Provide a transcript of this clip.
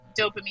dopamine